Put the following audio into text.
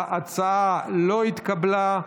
ההצעה לא התקבלה.